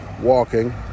walking